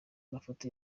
mafoto